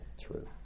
True